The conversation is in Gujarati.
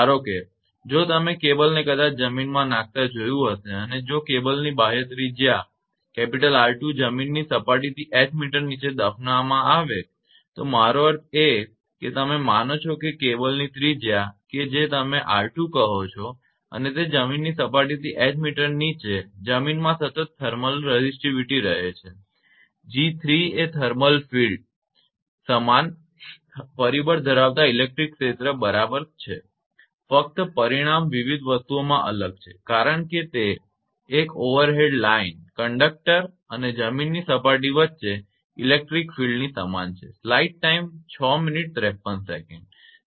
ધારોકે જો તમે કેબલને કદાચ જમીનમાં નાખતા જોયું હશે અને જો કેબલની બાહ્ય ત્રિજ્યા 𝑅2 જમીનની સપાટીથી h મીટર નીચે દફનાવવામાં આવે તો મારો અર્થ એ છે કે તમે માનો છો કે કેબલની ત્રિજ્યા કે જે તમે 𝑅2 કહો છો અને તે જમીનની સપાટીથી h મીટર નીચે જમીનમાં સતત થર્મલ રેઝિટિવિટી રહે છે 𝑔3 થર્મલ ફિલ્ડ થર્મલ ક્ષેત્ર એ સમાન પરિબળ ધરાવતા ઇલેક્ટ્રિક ક્ષેત્ર બરાબર સમાન છે ફક્ત પરિમાણ વિવિધ વસ્તુઓમાં અલગ છે કારણ કે તે એક ઓવરહેડ લાઇન કંડક્ટર અને જમીનની સપાટી વચ્ચે ઇલેક્ટ્રિક ફિલ્ડ વિધુતીય ક્ષેત્ર ની સમાન છે